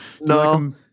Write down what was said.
No